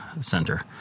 center